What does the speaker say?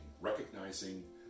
recognizing